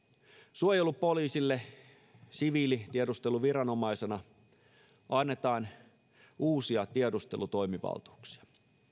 suojelupoliisille siviilitiedusteluviranomaisena annetaan uusia tiedustelutoimivaltuuksia